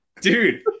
dude